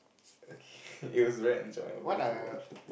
okay it was very enjoyable to watch